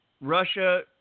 Russia